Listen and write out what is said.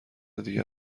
دیگر